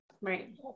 right